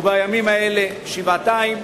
ובימים האלה שבעתיים.